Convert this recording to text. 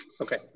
okay